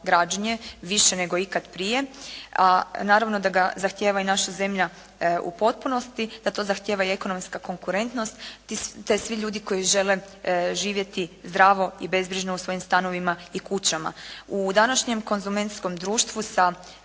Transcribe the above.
građenje više nego ikad prije, a naravno da ga zahtjeva i naša zemlja u potpunosti, da to zahtjeva i ekonomska konkurentnost te svi ljudi koji žele živjeti zdravo i bezbrižno u svojim stanovima i kućama. U današnjem konzumentskom društvu sa